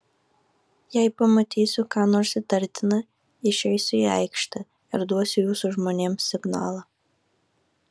jei pamatysiu ką nors įtartina išeisiu į aikštę ir duosiu jūsų žmonėms signalą